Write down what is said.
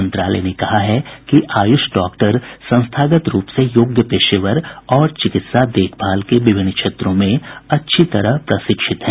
मंत्रालय ने कहा है कि आयुष डॉक्टर संस्थागत रूप से योग्य पेशेवर और चिकित्सा देखभाल के विभिन्न क्षेत्रों में अच्छी तरह प्रशिक्षित हैं